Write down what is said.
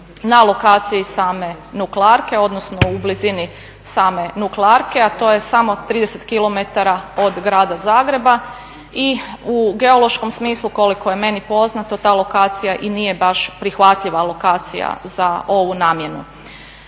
na lokaciji same nuklearke, odnosno u blizini same nuklearke, a to je samo 30 km od Grada Zagreba i u geološkom smislu koliko je meni poznato ta lokacija i nije baš prihvatljiva lokacija za ovu namjenu.